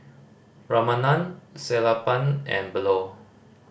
Ramanand Sellapan and Bellur